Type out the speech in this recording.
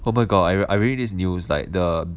oh my god I read I read this news like the